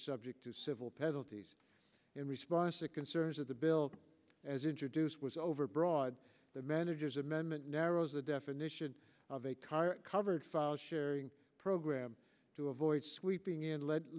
subject to civil penalties in response to concerns of the bill as introduced was overbroad the manager's amendment narrows the definition of a car covered file sharing program to avoid sweeping and le